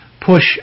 push